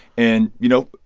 and, you know,